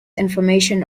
information